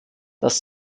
dass